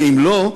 ואם לא,